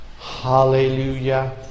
Hallelujah